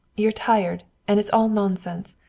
you're tired, and it's all nonsense.